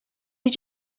did